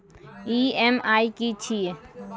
EMI की छिये?